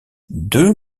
deux